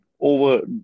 over